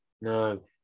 No